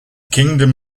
kingdom